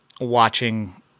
watching